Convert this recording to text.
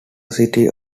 city